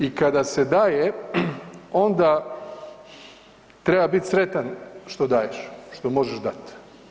I kada se daje, onda treba biti sretan što daješ, što možeš dati.